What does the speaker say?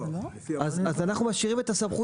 אז אנחנו משאירים את הסמכות